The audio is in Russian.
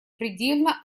предельно